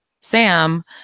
Sam